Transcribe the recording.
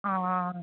অঁ